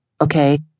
Okay